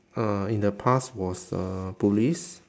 uh in the past was uh police